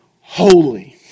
holy